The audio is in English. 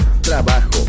trabajo